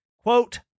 Quote